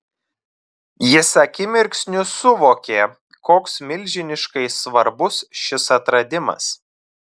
jis akimirksniu suvokė koks milžiniškai svarbus šis atradimas